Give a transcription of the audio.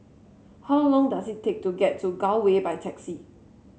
how long does it take to get to Gul Way by taxi